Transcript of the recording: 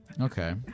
okay